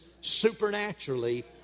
supernaturally